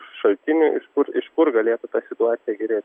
šaltinių iš kur iš kur galėtų ta situacija gerė